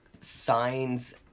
signs